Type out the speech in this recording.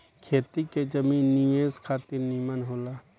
खेती के जमीन निवेश खातिर निमन होला